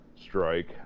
strike